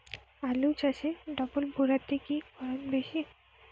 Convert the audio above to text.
আলু চাষে ডবল ভুরা তে কি ফলন বেশি?